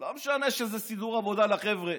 לא משנה שזה סידור עבודה לחבר'ה.